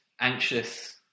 anxious